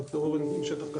דוקטור אורן שטח כתבי,